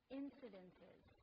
incidences